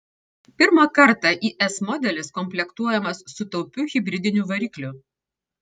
pirmą kartą is modelis komplektuojamas su taupiu hibridiniu varikliu